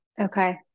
okay